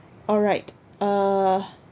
alright uh